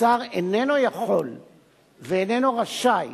ושר איננו יכול ואיננו רשאי